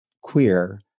queer